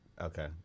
Okay